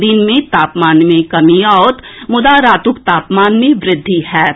दिन मे तापमान मे कमी आओत मुदा रातुक तापमान मे वृद्धि होएत